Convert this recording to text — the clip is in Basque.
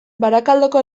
barakaldoko